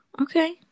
Okay